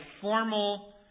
formal